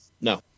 No